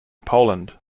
poland